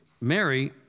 Mary